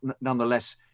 nonetheless